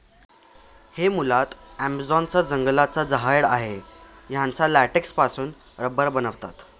हे मुळात ॲमेझॉन च्या जंगलांचं झाड आहे याच्या लेटेक्स पासून रबर बनवतात